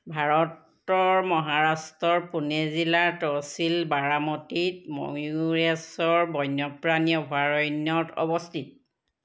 ভাৰতৰ মহাৰাষ্ট্ৰৰ পুনে জিলাৰ তহচিল বাৰামতীত ময়ুৰেশ্বৰ বন্যপ্ৰাণী অভয়াৰণ্যত অৱস্থিত